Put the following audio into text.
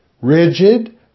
Rigid